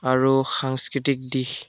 আৰু সাংস্কৃতিক দিশ